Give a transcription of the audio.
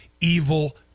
evil